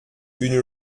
une